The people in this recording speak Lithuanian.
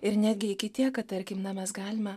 ir netgi iki tiek kad tarkim na mes galime